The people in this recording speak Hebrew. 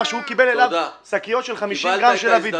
שהוא קיבל אליו שקיות של 50 גרם של אבי דקל.